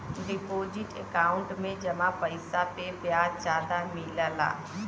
deposit account में जमा पइसा पे ब्याज जादा मिलला